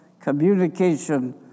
communication